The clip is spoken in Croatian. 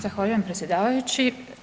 Zahvaljujem predsjedavajući.